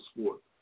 sport